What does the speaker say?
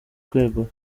kwegura